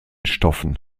stoffen